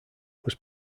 was